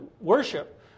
worship